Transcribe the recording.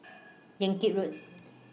Yan Kit Road